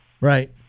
Right